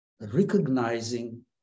recognizing